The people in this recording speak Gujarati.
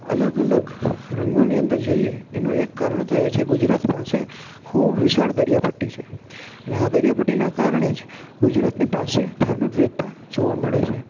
અલગ અલગ રંગોની અંદર જઈએ એનું એક કારણ તો એ છે ગુજરાત પાસે ખૂબ વિશાળ દરિયા પટ્ટી છે ને આ દરિયા પટ્ટીના કારણે જ ગુજરાતની પાસે ધાર્મિક વિવિધતા જોવા મળે છે